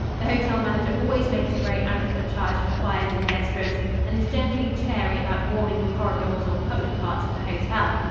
the hotel manager always makes a very adequate charge for fires in guest-rooms and is generally chary about warming the corridors or public parts of the hotel.